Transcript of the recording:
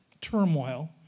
turmoil